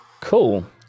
Cool